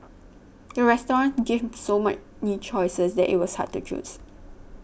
the restaurant gave so many choices that it was hard to choose